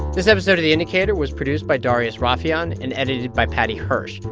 this episode of the indicator was produced by darius rafieyan and edited by paddy hirsch.